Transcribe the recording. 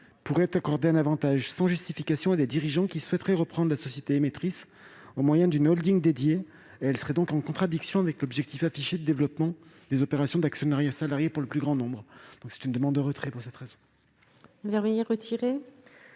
pourrait accorder un avantage sans justification à des dirigeants qui souhaiteraient reprendre la société émettrice au moyen d'une holding dédiée. Cette disposition serait donc en contradiction avec l'objectif affiché de développement des opérations d'actionnariat salarié pour le plus grand nombre. Madame Vermeillet, l'amendement